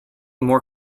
more